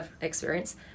experience